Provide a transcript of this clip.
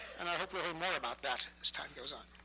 and i hope to hear more about that as time goes on.